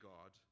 God